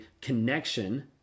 connection